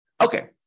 Okay